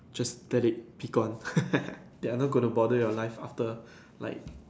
just let it be gone they are not gonna bother your life after like